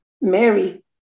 Mary